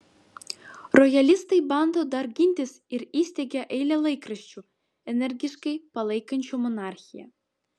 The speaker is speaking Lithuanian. rojalistai bando dar gintis ir įsteigia eilę laikraščių energiškai palaikančių monarchiją